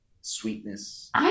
Sweetness